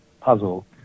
puzzle